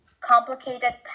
complicated